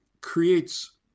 creates